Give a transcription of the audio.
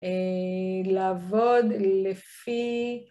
לעבוד לפי